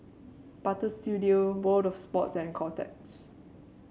Butter Studio World Of Sports and Kotex